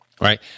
right